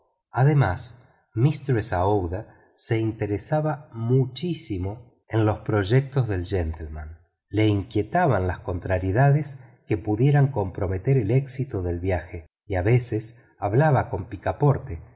además mistress aouida se interesaba muchísimo en los proyectos del gentleman le inquietaban las contrariedades que pudieran comprometer el éxito del viaje y a veces hablaba con picaporte